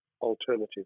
alternative